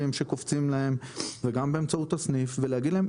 שקופצים להם וגם באמצעות הסניף ולהגיד להם,